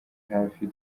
hafi